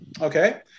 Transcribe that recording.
Okay